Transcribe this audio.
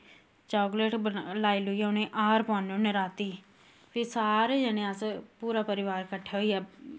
chocolate लाई लुईयै उनें हांर पुआन्ने होन्ने रातीं फ्ही सारे जने अस पूरा परिवार किट्ठा होईयै